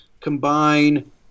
combine